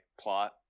plot